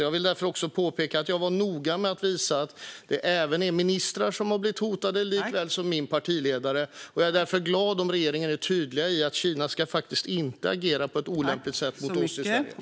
Jag vill därför också påpeka att jag var noga med att visa att även ministrar har blivit hotade, precis som min partiledare. Därför är jag glad om regeringen är tydlig med att Kina faktiskt inte ska agera på ett olämpligt sätt mot oss i Sverige.